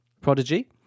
prodigy